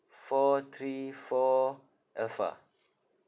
four three four alpha